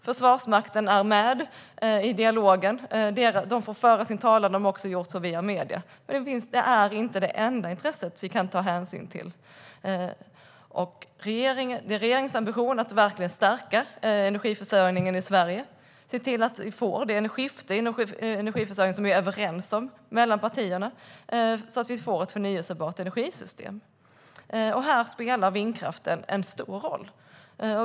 Försvarsmakten är med i dialogen, får föra sin talan och har också gjort så via medierna. Men det är inte det enda intresset vi ska ta hänsyn till. Det är regeringens ambition att verkligen stärka energiförsörjningen i Sverige. Vi vill se till att vi får det skifte inom energiförsörjningen som vi är överens om mellan partierna så att vi får ett förnybart energisystem. Här spelar vindkraften en stor roll.